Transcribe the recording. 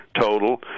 total